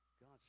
God